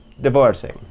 divorcing